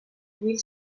mil